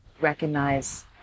recognize